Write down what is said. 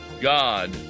God